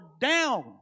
down